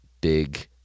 big